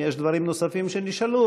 אם יש דברים נוספים שנשאלו,